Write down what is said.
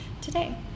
today